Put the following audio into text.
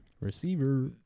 Receiver